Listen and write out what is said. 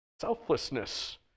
Selflessness